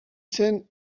zen